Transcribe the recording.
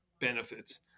benefits